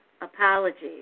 apologies